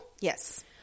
Yes